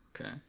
Okay